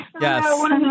Yes